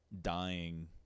dying